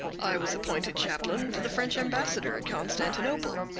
i was appointed chaplain to the french ambassador at constantinople.